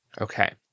Okay